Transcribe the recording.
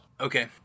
Okay